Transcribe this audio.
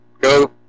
Go